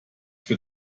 für